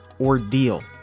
ordeal